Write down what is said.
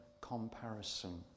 comparison